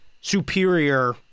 superior